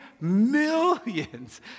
millions